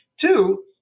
Two